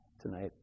tonight